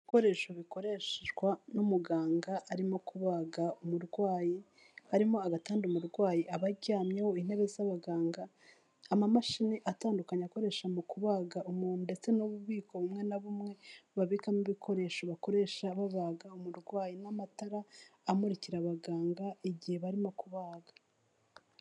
Ibikoresho bikoreshwa n'umuganga arimo kubaga umurwayi, harimo agatanda umurwayi aba aryamyeho, intebe z'abaganga, amamashini atandukanye akoreshwa mu kubaga umuntu ndetse n'ububiko bumwe na bumwe babikamo ibikoresho bakoresha babaga umurwayi, n'amatara amurikira abaganga igihe barimo kubaga.